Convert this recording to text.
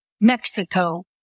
Mexico